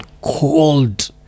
cold